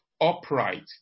upright